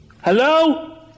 Hello